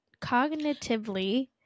cognitively